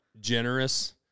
generous